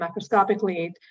macroscopically